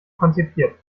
konzipiert